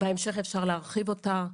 בהמשך אפשר להרחיב אותה.